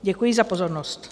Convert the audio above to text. Děkuji za pozornost.